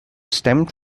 stemmed